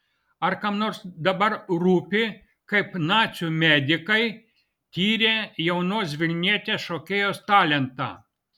ar kam nors dabar rūpi kaip nacių medikai tyrė jaunos vilnietės šokėjos talentą